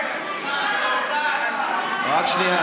רק שנייה,